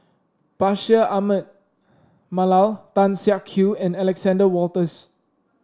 Bashir Ahmad Mallal Tan Siak Kew and Alexander Wolters